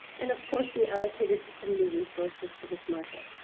and of course we allocated some new resources to this market.